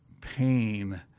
pain